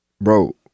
bro